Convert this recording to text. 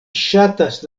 ŝatas